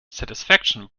satisfaction